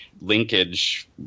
linkage